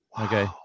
okay